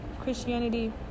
Christianity